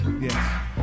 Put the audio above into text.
Yes